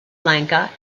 lanka